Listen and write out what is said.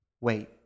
Wait